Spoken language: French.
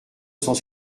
cent